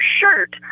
shirt